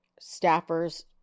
staffers